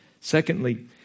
Secondly